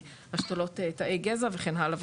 השתלות תאי גזע וכן הלאה,